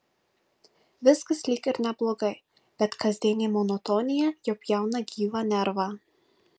viskas lyg ir neblogai bet kasdienė monotonija jau pjauna gyvą nervą